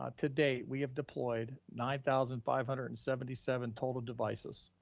ah to date, we have deployed nine thousand five hundred and seventy seven total devices.